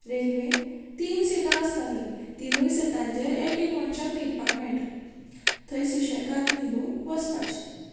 रेल्वेन तीन सिटां आसतालीं तिनूय सिटांचेर एक एक मनशाक न्हिदपाक मेळटा थंय सुशेगात न्हिदून वसपाचें